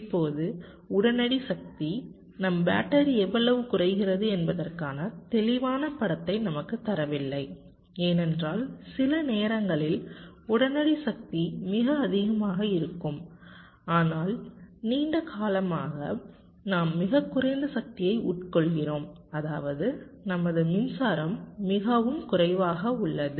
இப்போது உடனடி சக்தி நம் பேட்டரி எவ்வளவு குறைகிறது என்பதற்கான தெளிவான படத்தை நமக்குத் தரவில்லை ஏனென்றால் சில நேரங்களில் உடனடி சக்தி மிக அதிகமாக இருக்கும் ஆனால் நீண்ட காலமாக நாம் மிகக் குறைந்த சக்தியை உட்கொள்கிறோம் அதாவது நமது மின்சாரம் மிகவும் குறைவாக உள்ளது